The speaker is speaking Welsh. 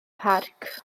parc